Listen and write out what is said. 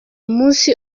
munsi